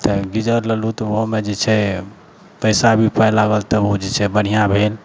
तऽ गीजर लेलहुँ तऽ ओहोमे जे छै पैसा भी पाइ लागल तऽ ओहो जे छै बढ़ियाँ भेल